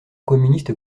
communiste